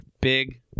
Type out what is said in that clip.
big